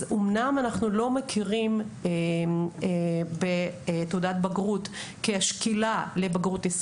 אמנם אנחנו לא מכירים בתעודת בגרות של עולים